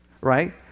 right